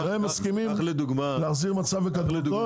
הם מסכימים להחזיר מצב לקדמותו.